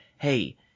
hey